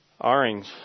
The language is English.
Orange